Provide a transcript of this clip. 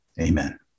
Amen